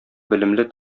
белемле